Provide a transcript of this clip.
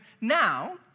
Now